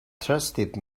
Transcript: trusted